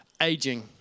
Aging